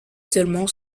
seulement